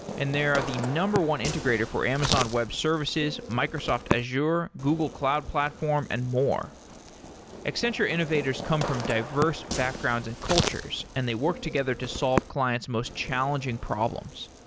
and they are the number one integrator for amazon web services, microsoft azure, google cloud platform and more accenture innovators come from diverse backgrounds and cultures, and they work together to solve clients' most challenging problems.